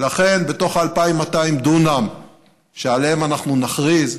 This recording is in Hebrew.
ולכן, בתוך ה-2,200 דונם שעליהם אנחנו נכריז,